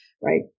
right